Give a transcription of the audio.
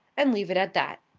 and leave it at that.